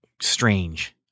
strange